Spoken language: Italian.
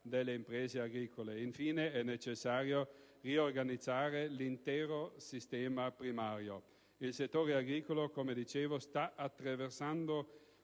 delle imprese agricole. Infine, è necessario riorganizzare l'intero sistema primario. Il settore agricolo sta attraversando